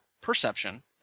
perception